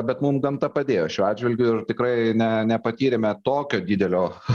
bet mum gamta padėjo šiuo atžvilgiu ir tikrai ne nepatyrėme tokio didelio